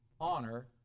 Honor